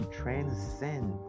transcend